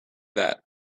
that